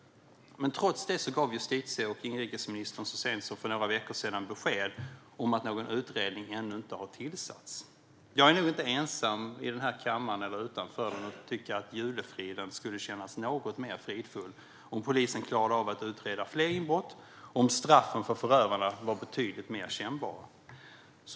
Trots detta gav justitie och inrikesministern så sent som för några veckor sedan besked om att någon utredning ännu inte har tillsatts. Jag är nog inte ensam i denna kammare eller utanför om att tycka att julfriden skulle kännas något mer fridfull om polisen klarade av att utreda fler inbrott och om straffen för förövarna var betydligt mer kännbara.